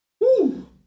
Woo